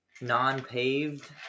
non-paved